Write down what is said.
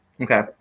Okay